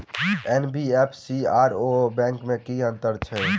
NBFC आओर bank मे की अंतर अछि?